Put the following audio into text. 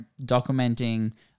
documenting